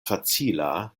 facila